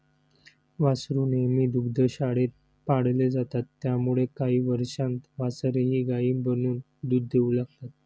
वासरू नेहमी दुग्धशाळेत पाळले जातात त्यामुळे काही वर्षांत वासरेही गायी बनून दूध देऊ लागतात